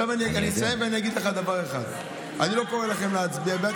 אני אסיים ואני אגיד לך דבר אחד: אני לא קורא לכם להצביע בעד,